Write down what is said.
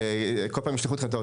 ישלחו אתכם,